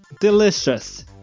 Delicious